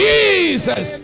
Jesus